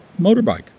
motorbike